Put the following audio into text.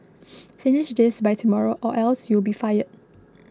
finish this by tomorrow or else you'll be fired